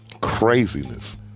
craziness